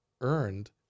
earned